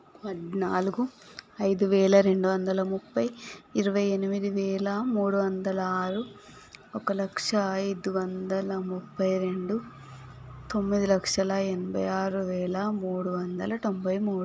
పద్నాలుగు ఐదు వేల రెండు వందల ముప్పై ఇరవై ఎనిమిది వేల మూడు వందల ఆరు ఒక లక్ష ఐదు వందల ముప్పై రెండు తొమ్మిది లక్షల ఎనభై ఆరు వేల మూడు వందల తొంభై మూడు